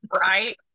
Right